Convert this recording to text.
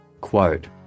Quote